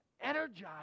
energize